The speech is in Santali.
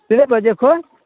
ᱛᱤᱱᱟᱹᱜ ᱵᱟᱡᱮ ᱠᱷᱚᱱ